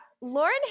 Lauren